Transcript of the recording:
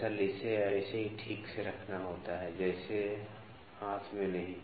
दरअसल इसे ऐसे ही ठीक से रखना होता है जैसे हाथ में नहीं